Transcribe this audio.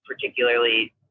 particularly